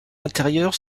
intérieures